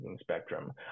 spectrum